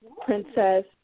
Princess